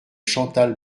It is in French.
chantal